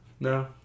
No